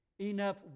enough